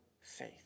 faith